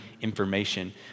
information